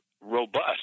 robust